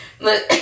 Look